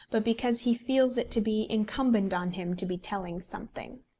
but because he feels it to be incumbent on him to be telling something.